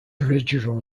original